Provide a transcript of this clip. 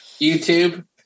YouTube